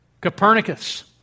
Copernicus